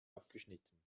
abgeschnitten